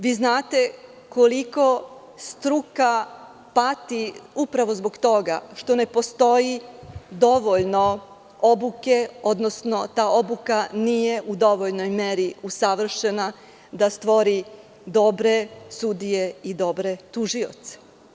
Vi znate koliko struka pati upravo zbog toga što ne postoji dovoljno obuke, odnosno ta obuka nije u dovoljnoj meri usavršena da stvori dobre sudije i dobre tužioce.